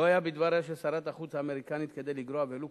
לא היה בדבריה של שרת החוץ האמריקנית כדי לגרוע ולו